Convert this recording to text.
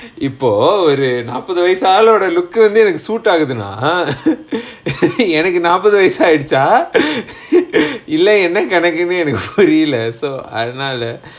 இப்போ ஒரு நாப்பது வயசு ஆளோட:ippo oru naapathu vayasu aaloda look கு வந்து எனக்கு:ku vanthu enakku suit ஆகுதுன்னா:aguthunnaa எனக்கு நாப்பது வயசாகிடுச்சா:enakku naapathu vayasaagiduchaa இல்ல என்ன கணக்குன்னு எனக்கு புரில:illa enna kanakkunnu enakku purila so அதனால:athanaala